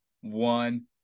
one